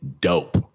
dope